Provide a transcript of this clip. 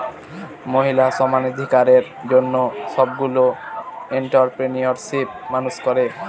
মহিলা সমানাধিকারের জন্য সবগুলো এন্ট্ররপ্রেনিউরশিপ মানুষ করে